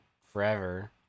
forever